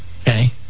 Okay